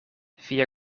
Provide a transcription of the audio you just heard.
via